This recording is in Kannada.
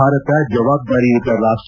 ಭಾರತ ಜವಾಬ್ದಾರಿಯುತ ರಾಷ್ಟ